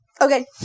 Okay